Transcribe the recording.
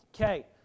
okay